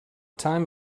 time